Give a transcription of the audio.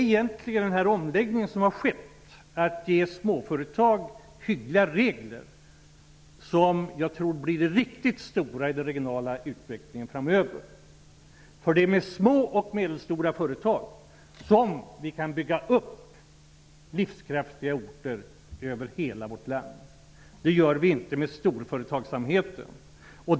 Den omläggning som har skett innebär att småföretag får hyggliga regler. Det tror jag egentligen blir det riktigt stora i den regionala utvecklingen framöver. Det är med små och medelstora företag som vi kan bygga upp livskraftiga orter över hela vårt land. Det gör vi inte med storföretagsamheten.